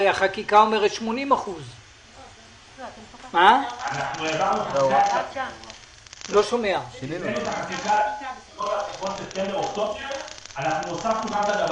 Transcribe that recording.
הרי החקיקה אומרת 80%. הוספנו את זה,